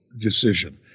decision